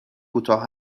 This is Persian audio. کوتاه